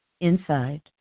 inside